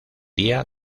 día